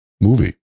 movie